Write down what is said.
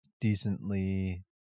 decently